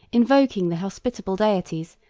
invoking the hospitable deities,